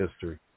history